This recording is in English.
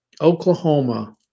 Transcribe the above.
Oklahoma